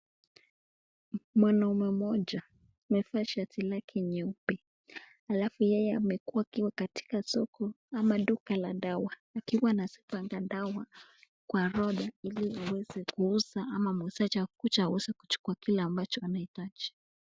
Mwanaume mmoja amevaa shati lake nyeupe. Alafu yeye amekuwa akiwa katika soko ama duka la dawa akiwa anazipanga dawa kwa rodha ili aweze kuuza ama mwuuzaji akuje aweze kuchukua kile ambacho anaitaji.